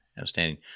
Outstanding